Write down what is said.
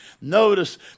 Notice